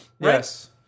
Yes